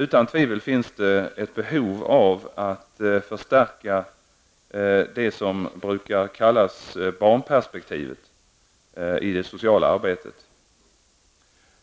Utan tvivel finns det behov av att förstärka det som brukar kallas barnperspektivet i det sociala arbetet.